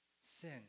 Sin